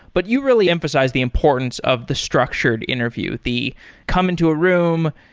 but you really emphasized the importance of the structured interview, the come into a room,